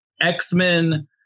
X-Men